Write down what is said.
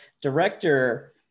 Director